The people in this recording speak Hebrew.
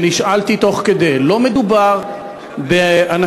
שנשאלתי תוך כדי לא מדובר באנשים